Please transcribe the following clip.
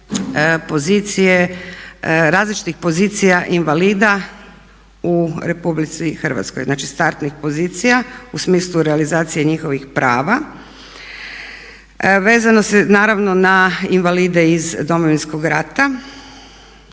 različitih pozicija invalida u RH. Znači startnih pozicija u smislu realizacije njihovih prava vezano naravno na invalide iz Domovinskog rata.